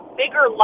bigger